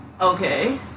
okay